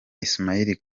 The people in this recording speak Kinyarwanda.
ismail